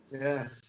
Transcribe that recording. Yes